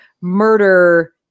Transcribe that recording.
murder